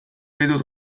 ditut